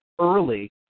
early